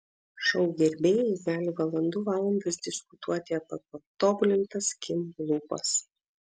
šou gerbėjai gali valandų valandas diskutuoti apie patobulintas kim lūpas